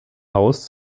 haus